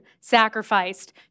sacrificed